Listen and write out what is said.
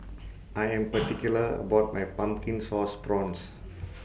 I Am particular about My Pumpkin Sauce Prawns